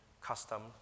custom